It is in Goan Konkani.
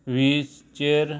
वीस चेर